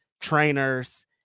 trainers